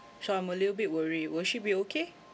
so I'm a little bit worry will she be okay